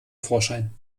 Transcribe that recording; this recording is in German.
vorschein